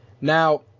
Now